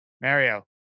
Mario